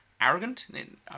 arrogant